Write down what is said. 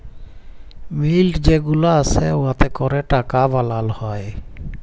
মিল্ট যে গুলা আসে উয়াতে ক্যরে টাকা বালাল হ্যয়